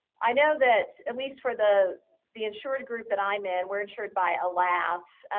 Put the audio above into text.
i know that, at least for the the insured group that i'm in, we're insured by alas,